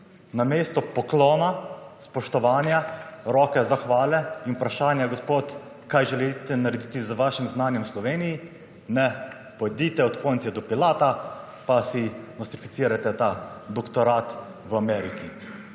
Namesto poklona, spoštovanja, roke zahvale in vprašanja »Gospod, kaj želite narediti z vašim znanjem v Sloveniji?«, ne, pojdite od Poncija do Pilata in si nostrificirajte ta doktorat v Ameriki.